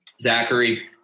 Zachary